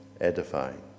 edifying